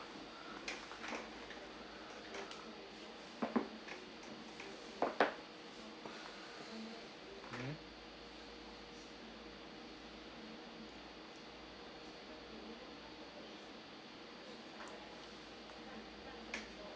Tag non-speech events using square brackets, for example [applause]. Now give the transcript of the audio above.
[breath] hmm